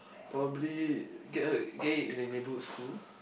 probably get her get it in a neighbourhood school